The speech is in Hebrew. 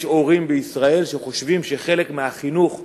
יש הורים בישראל שחושבים שחלק מהחינוך לבגרות,